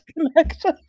connection